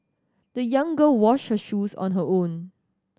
the young girl washed her shoes on her own